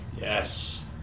Yes